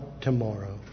tomorrow